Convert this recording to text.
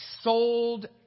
sold